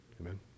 Amen